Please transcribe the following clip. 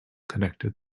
connected